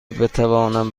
بتوانم